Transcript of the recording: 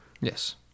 yes